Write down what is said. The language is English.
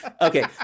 Okay